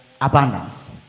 abundance